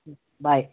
bye